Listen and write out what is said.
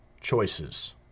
choices